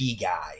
guy